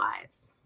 lives